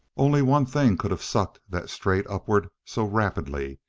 only one thing could have sucked that straight upward so rapidly,